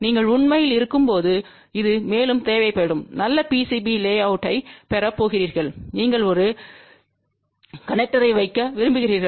நீங்கள் உண்மையில் இருக்கும்போது இது மேலும் தேவைப்படும் நல்ல PCB லேஅவுட்பைப் பெறப் போகிறீர்கள் நீங்கள் ஒரு கனேக்டர்யை வைக்க விரும்புகிறீர்கள்